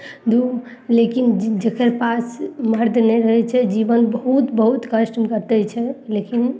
दू लेकिन जकर पास मर्द नहि रहय छै जीवन बहुत बहुत कष्ट हुनकर कटय छै लेकिन